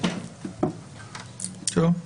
טוב.